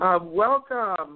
Welcome